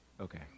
Okay